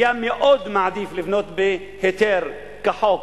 הוא היה מאוד מעדיף לבנות בהיתר כחוק,